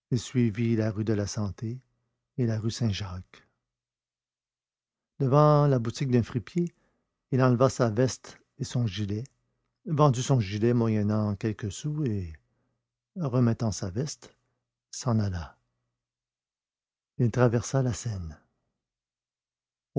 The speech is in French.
la rue de la santé et la rue saint-jacques devant la boutique d'un fripier il enleva sa veste et son gilet vendit son gilet moyennant quelques sous et remettant sa veste s'en alla il traversa la seine